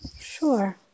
Sure